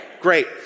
great